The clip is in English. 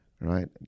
right